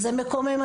זה מקומם,